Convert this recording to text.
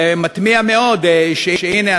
ומתמיה מאוד שהנה,